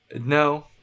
No